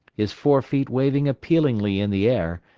his four feet waving appealingly in the air,